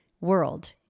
world